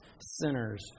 sinners